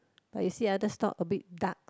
but you see other stall a bit dark